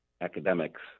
academics